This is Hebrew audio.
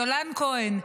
יולן כהן,